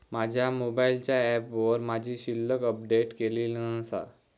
माझ्या मोबाईलच्या ऍपवर माझी शिल्लक अपडेट केलेली नसा